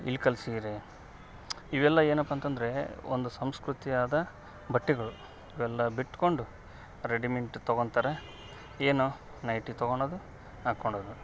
ಇಳಕಲ್ ಸೀರೆ ಇವೆಲ್ಲ ಏನಪ್ಪ ಅಂತಂದರೆ ಒಂದು ಸಂಸ್ಕೃತಿಯಾದ ಬಟ್ಟೆಗಳು ಇವೆಲ್ಲ ಬಿಟ್ಕೊಂಡು ರೆಡಿಮೆಂಟ್ ತಗೊಂತಾರೆ ಏನು ನೈಟಿ ತೊಗೋಳದು ಹಾಕೋಳದು